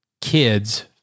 kid's